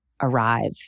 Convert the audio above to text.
arrive